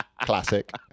Classic